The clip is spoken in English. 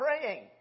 praying